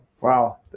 Wow